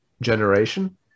generation